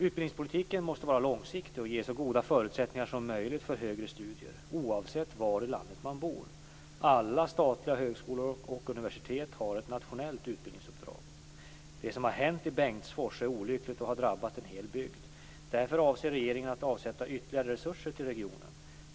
Utbildningspolitiken måste vara långsiktig och ge så goda förutsättningar som möjligt för högre studier oavsett var i landet man bor. Alla statliga högskolor och universitet har ett nationellt utbildningsuppdrag. Det som har hänt i Bengtsfors är olyckligt och har drabbat en hel bygd. Därför avser regeringen att avsätta ytterligare resurser till regionen.